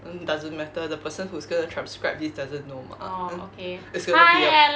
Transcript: um doesn't matter the person who's gonna transcribe this doesn't know mah mm it's gonna a~